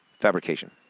Fabrication